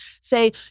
Say